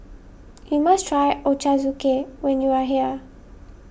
you must try Ochazuke when you are here